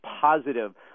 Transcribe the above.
positive